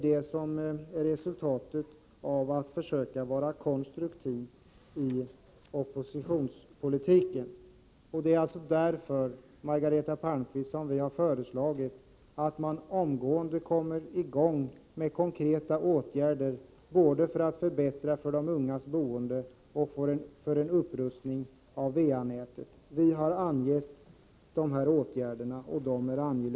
Det är resultatet av att man försökt vara konstruktiv i oppositionspolitiken. Det är alltså därför, Margareta Palmqvist, som vi föreslagit att man omgående kommer i gång med konkreta åtgärder både för att förbättra de ungas boende och för att få tillstånd en upprustning av va-nätet. Vi har angett dessa angelägna åtgärder.